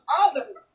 others